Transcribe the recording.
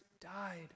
died